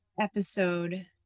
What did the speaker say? episode